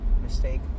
mistake